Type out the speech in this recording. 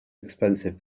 expensive